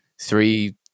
three